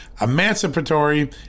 emancipatory